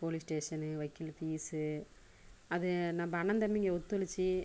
police ஸ்டேஷன்னு வக்கீல் fees அது நம்ப அண்ணன் தம்பிங்க ஒத்துழச்சு